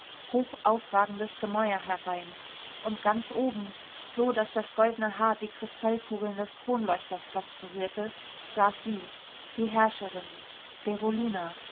hoch aufragendes gemäuer herein und ganz oben so daß das goldene haar die kristallkugeln des kronleuchters fast berührte saß sie die herrscherin berolina